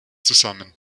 zusammen